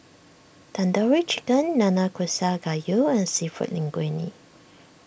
Tandoori Chicken Nanakusa Gayu and Seafood Linguine